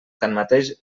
tanmateix